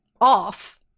off